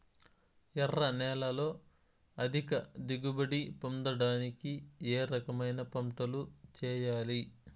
ఎర్ర నేలలో అధిక దిగుబడి పొందడానికి ఏ రకమైన పంటలు చేయాలి?